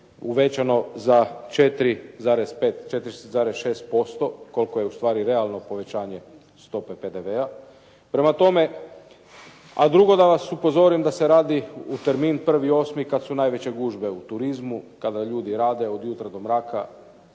uvećano za 4,5, 4,6% koliko je ustvari realno povećanje stope PDV-a. A drugo da vas upozorim da se radi u termin 1.8. kad su najveće gužve u turizmu, kada ljudi rade od jutra do mraka,